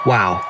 Wow